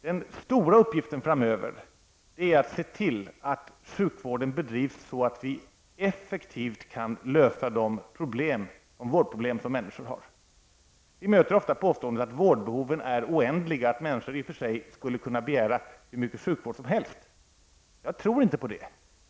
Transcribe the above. Den stora uppgiften framöver är att se till att sjukvården bedrivs så att vi effektivt kan lösa de vårdproblem som människor har. Vi möter ofta påståendet att vårdbehoven är oändliga och att människor i och för sig skulle kunna begära hur mycket sjukvård som helst. Jag tror inte på det.